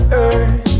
earth